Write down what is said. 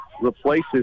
replaces